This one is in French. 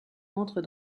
entre